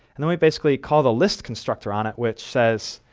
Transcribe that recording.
and then we basically call the list constructor on it, which says,